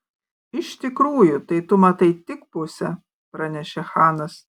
iš tikrųjų tai tu matai tik pusę pranešė chanas